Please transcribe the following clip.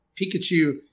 Pikachu